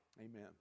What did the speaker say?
Amen